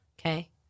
Okay